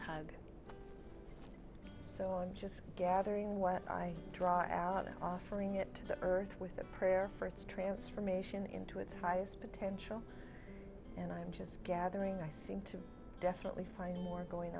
tug so i'm just gathering what i draw out and offering it to the earth with a prayer for its transformation into its highest potential and i'm just gathering i seem to definitely find more going